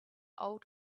old